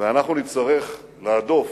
ואנחנו נצטרך להדוף